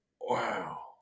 wow